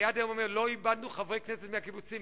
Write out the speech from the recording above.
אני עד היום אומר: לא איבדנו חברי כנסת מהקיבוצים,